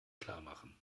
klarmachen